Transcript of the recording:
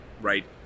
right